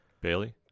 Bailey